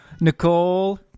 Nicole